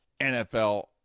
NFL